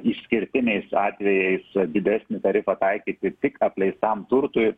išskirtiniais atvejais didesnį tarifą taikyti tik apleistam turtui